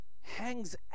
hangs